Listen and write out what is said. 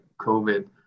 COVID